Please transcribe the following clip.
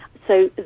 so,